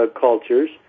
cultures